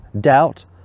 doubt